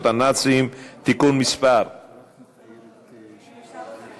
הנאצים (תיקון מס' אם אפשר להוסיף אותי,